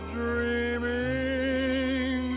dreaming